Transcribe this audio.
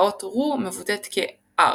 והאות רו מבוטאת כר'.